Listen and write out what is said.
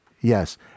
Yes